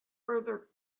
further